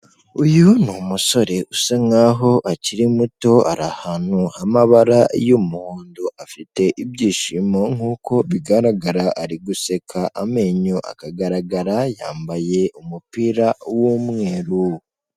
Uyu ni umusore usa nkaho akiri muto ari ahantu h'amabara y'umuhondo, afite ibyishimo nk'uko bigaragara ari guseka amenyo akagaragara, yambaye umupira w'umweru.